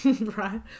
right